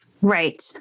Right